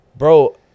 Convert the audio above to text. Bro